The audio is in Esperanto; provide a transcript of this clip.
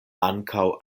ankaŭ